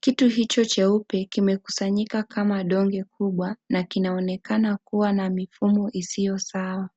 Kitu hicho cheupe kimekusanyika kama donge kubwa na kinaonekana kuwa na mifumo isiyo sawa.